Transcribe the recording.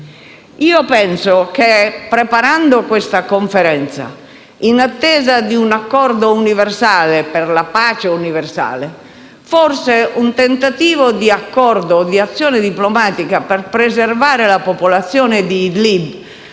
Penso che preparando questa conferenza, in attesa di un accordo per la pace universale, forse un tentativo di accordo o di azione diplomatica per preservare la popolazione di Idlib